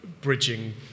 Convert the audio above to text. bridging